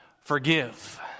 forgive